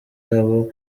abo